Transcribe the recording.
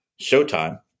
Showtime